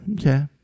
Okay